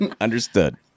Understood